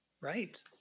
Right